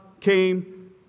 came